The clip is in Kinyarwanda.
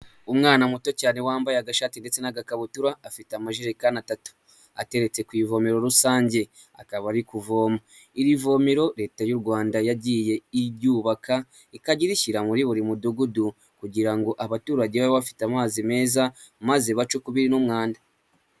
Umwana muto cyane wambaye agashati ndetse n'agakabutura afite amajerekani atatu, ateretse ku ivome rusange, akaba ari kuvoma. Irivomero leta y'u Rwanda yagiye iryubaka ikajya irishyira muri buri mudugudu kugira ngo abaturage babe bafite amazi meza, maze bace ukubiri n'umwanda.